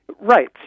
Right